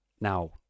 now